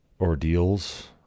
ordeals